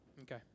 Okay